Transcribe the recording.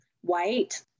white